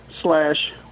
slash